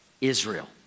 Israel